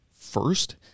first